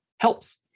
helps